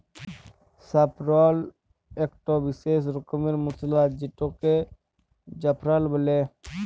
saffron ইকট বিসেস রকমের মসলা যেটাকে জাফরাল বল্যে